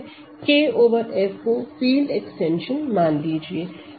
K over F को field extension मान लीजिए